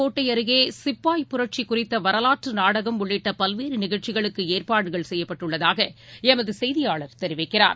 கோட்டைஅருகேசிப்பாய் வேலுார் புரட்சிகுறித்தவரலாற்றநாடகம் உள்ளிட்டபல்வேறுநிகழ்ச்சிகளுக்குஏற்பாடுகள் செய்யப்பட்டுள்ளதாகளமதுசெய்தியாளர் தெரிவிக்கிறார்